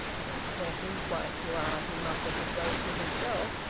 i don't care whose wife you are! he muttered, as though to himself,